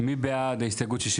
(היו"ר אברהם בצלאל) מי בעד הסתייגות 83?